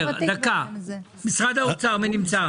מי נמצא ממשרד האוצר?